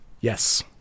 Yes